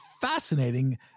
fascinating